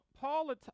Paul